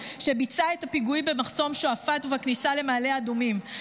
שביצע את הפיגועים במחסום שועפאט ובכניסה למעלה אדומים,